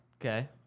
Okay